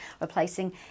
replacing